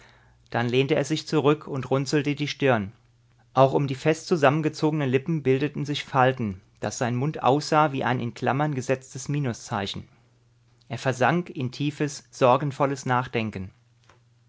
dann lehnte er sich zurück und runzelte die stirn auch um die fest zusammengezogenen lippen bildeten sich falten daß sein mund aussah wie ein in klammern gesetztes minuszeichen er versank in tiefes sorgenvolles nachdenken